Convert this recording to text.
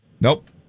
Nope